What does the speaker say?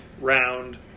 round